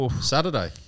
Saturday